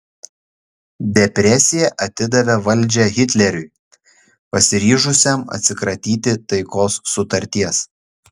depresija atidavė valdžią hitleriui pasiryžusiam atsikratyti taikos sutarties